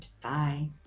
bye